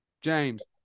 James